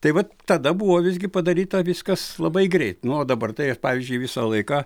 tai vat tada buvo visgi padaryta viskas labai greit nu o dabar tai aš pavyzdžiui visą laiką